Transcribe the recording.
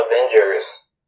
Avengers